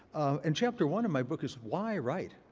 and chapter one of my book is why write?